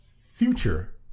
future